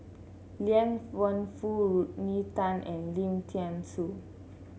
Liang Wenfu Rodney Tan and Lim Thean Soo